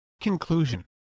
Conclusion